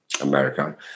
America